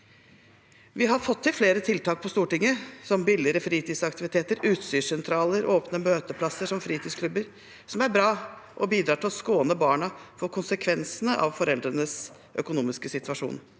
Vi har fått til flere tiltak på Stortinget som billigere fritidsaktiviteter, utstyrssentraler og åpne møteplasser som fritidsklubber, som er bra og som bidrar til å skåne barn for konsekvensene av foreldrenes økonomiske situasjon.